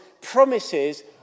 promises